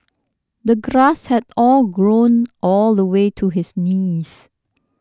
the grass had all grown all the way to his knees